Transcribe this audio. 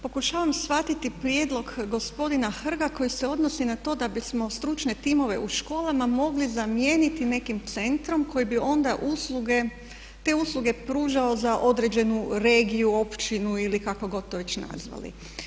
Pokušavam shvatiti prijedlog gospodina Hrga koji se odnosi na to da bismo stručne timove u školama mogli zamijeniti nekim centrom koji bi onda usluge, te usluge pružao za određenu regiju, općinu ili kako god to već nazvali.